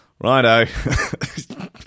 Righto